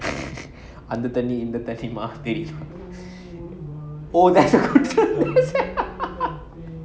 அந்த தண்ணி இந்த தண்ணி:antha thanni intha thanni oh that's a good song